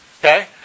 Okay